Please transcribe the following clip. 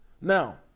Now